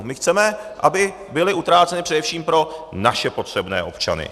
My chceme, aby byly utráceny především pro naše potřebné občany.